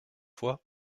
fois